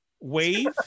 wave